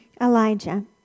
Elijah